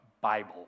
Bible